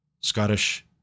Scottish